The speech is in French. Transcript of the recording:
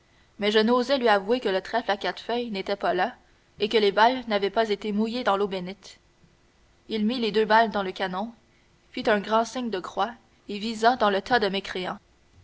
mais je n'osai lui avouer que le trèfle à quatre feuilles n'était pas là et que les balles n'avaient pas été mouillées dans l'eau bénite il mit les deux balles dans le canon fit un grand signe de croix et visa dans le tas de mécréants